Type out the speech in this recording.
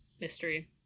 Mystery